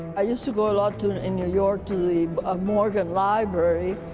i used to go a lot to and and new york to the ah morgan library.